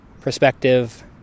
perspective